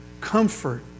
comfort